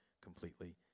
completely